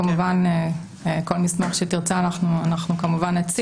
כמובן שכל מסמך שתרצה אנחנו כמובן נציג.